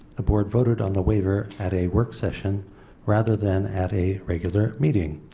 ah board voted on the waiver at a work session rather than at a regular meeting.